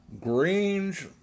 Greens